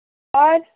और